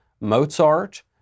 Mozart